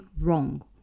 wrong